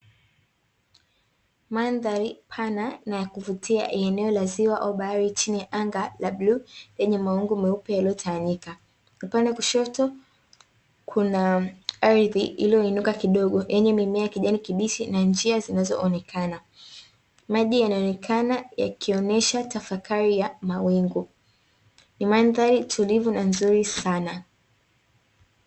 Mandhari pana na ya kuvutia ya eneo la ziwa au bahari chini ya anga la bluu lenye mawingu meupe yaliyotawanyika, upande wa kushoto kuna ardhi iliyoinuka kidogo yenye mimea yenye kijani kibichi na njia zinazoonekana, maji yanaonekana yakionesha tafakari ya mawingu ni mandhari tulivu na nzuri sana.